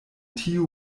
tiu